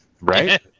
Right